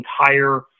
entire